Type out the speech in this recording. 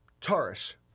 Taurus